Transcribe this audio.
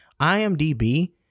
IMDb